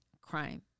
crime